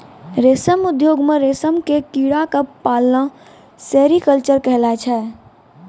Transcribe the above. रेशम उद्योग मॅ रेशम के कीड़ा क पालना सेरीकल्चर कहलाबै छै